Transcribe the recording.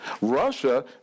Russia